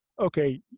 okay